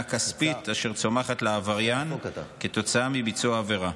הכספית אשר צומחת לעבריין כתוצאה מביצוע העבירה.